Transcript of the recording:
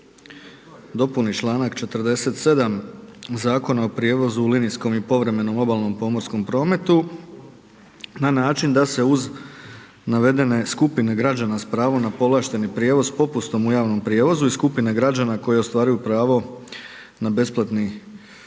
dopuni članak 47. Zakona o prijevozu u linijskom i povremenom obalnom pomorskom prometu na način da se uz navedene skupine građana s pravom na povlašteni prijevoz s popustom u javnom prijevozu i skupine građana koje ostvaruju pravo na besplatni prijevoz